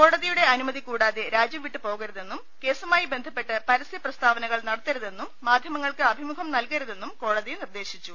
കോടതിയുടെ അനുമതി കൂടാതെ രാജ്യംവിട്ട് പോകരുതെന്നും കേസുമായി ബന്ധപ്പെട്ട് പരസ്യപ്രസ്താവനകൾ നടത്തരുതെന്നും മാധ്യമങ്ങൾക്ക് അഭിമുഖം നൽക രുതെന്നും കോടതി നിർദ്ദേശിച്ചു